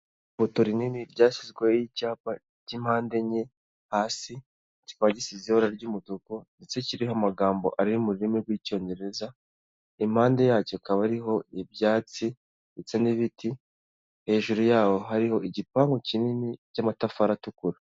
Ipoto rinini ryashyizweho icyapa cy'impande enye, hasi kikaba gisize ibara ry'umutuku, ndetse kiriho amagambo ari mu rurimi rw'icyongereza. Impande yacyo hakaba hariho ibyatsi ndetse n'ibiti, hejuru yaho hariho igipangu kinini cy'amatafari atukura.